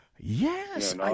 yes